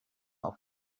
auf